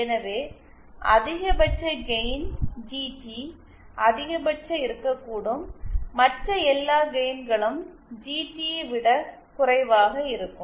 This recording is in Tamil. எனவே அதிகபட்ச கெயின் ஜிடி அதிகபட்சம் இருக்கக்கூடும் மற்ற எல்லா கெயின்களும் ஜிடி யைவிட குறைவாக இருக்கும்